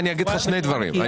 אני אגיד לך שני דברים.